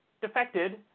defected